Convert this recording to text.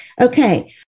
Okay